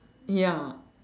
ya